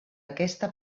aquesta